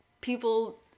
people